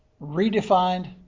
redefined